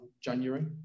January